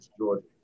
Georgia